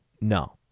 No